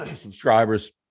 Subscribers